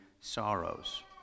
sorrows